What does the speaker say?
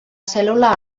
cèl·lula